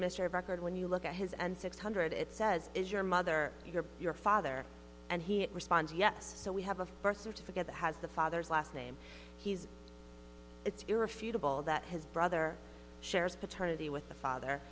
of record when you look at his and six hundred it says is your mother your your father and he responds yes so we have a birth certificate that has the father's last name he's it's irrefutable that his brother shares paternity with the father